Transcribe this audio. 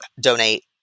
donate